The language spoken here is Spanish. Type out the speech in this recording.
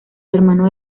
hermano